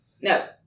No